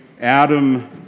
Adam